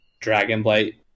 Dragonblight